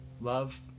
love